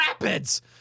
rapids